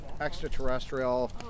extraterrestrial